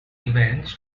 events